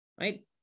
right